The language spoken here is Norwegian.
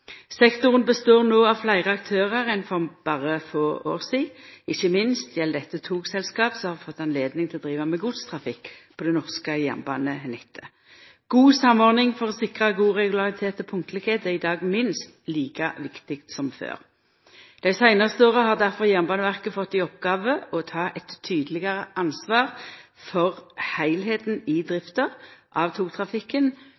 Sektoren består no av fleire aktørar enn for berre få år sidan. Ikkje minst gjeld dette togselskap som har fått løyve til å driva med godstrafikk på det norske jernbanenettet. God samordning for å sikra god regularitet og punktlegheit er i dag minst like viktig som før. Dei seinaste åra har difor Jernbaneverket fått i oppgåve å ta eit tydelegare ansvar for heilskapen i